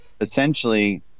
essentially